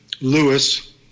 Lewis